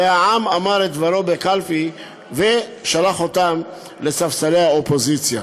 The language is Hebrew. והעם אמר את דברו בקלפי ושלח אותם לספסלי האופוזיציה.